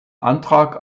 antrag